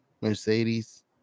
Mercedes